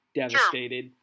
devastated